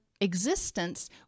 existence